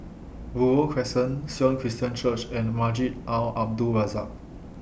Buroh Crescent Sion Christian Church and Masjid Al Abdul Razak